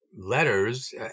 letters